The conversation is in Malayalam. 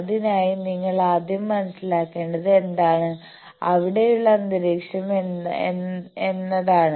അതിനായി നിങ്ങൾ ആദ്യം മനസ്സിലാക്കേണ്ടത് എന്താണ് അവിടെയുള്ള അന്തരീക്ഷം എന്നതാണ്